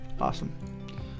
Awesome